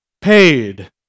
paid